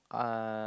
uh